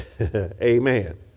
Amen